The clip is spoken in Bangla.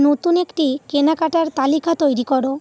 নতুন একটি কেনাকাটার তালিকা তৈরি করো